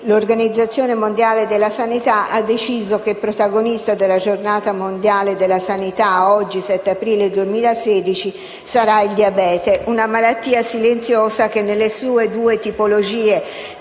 l'Organizzazione mondiale della sanità ha deciso che il protagonista della giornata mondiale della sanità oggi, 7 aprile 2016, sarà il diabete, una malattia silenziosa che nelle sue tipologie